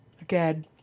Again